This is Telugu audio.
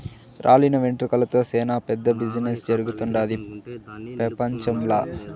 రాలిన వెంట్రుకలతో సేనా పెద్ద బిజినెస్ జరుగుతుండాది పెపంచంల